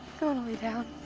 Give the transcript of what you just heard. going to lay down.